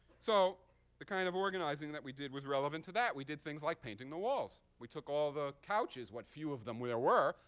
so the kind of organizing that we did was relevant to that. we did things like painting the walls. we took all the couches, what few of them there were,